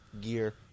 gear